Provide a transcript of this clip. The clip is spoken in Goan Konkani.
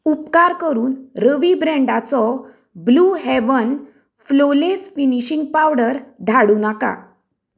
उपकार करून रवी ब्रॅन्डाचो blue heaven flawless finishing powder धाडूं नाका